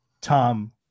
Tom